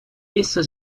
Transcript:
essa